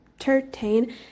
entertain